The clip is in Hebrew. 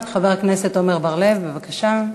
חבר הכנסת עמר בר-לב, בבקשה.